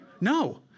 No